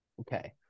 okay